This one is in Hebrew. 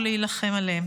ולהילחם עליהם.